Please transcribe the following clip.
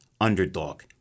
underdog